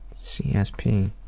csp